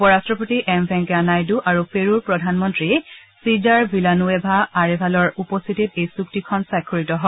উপ ৰাট্টপতি এম ভেংকায়া নাইডু আৰু পেৰুৰ প্ৰধানমন্ত্ৰী চিজাৰ ভিলানুৱেভা আৰেভালৰ উপস্থিতত এই চুক্তিখন স্বাক্ষৰিত হয়